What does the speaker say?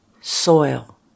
soil